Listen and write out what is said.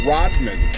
Rodman